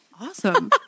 awesome